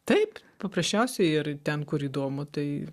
taip paprasčiausiai ir ten kur įdomu tai